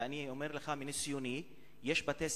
ואני יכול לומר לך מניסיוני שיש בתי-ספר